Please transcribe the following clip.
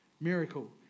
miracle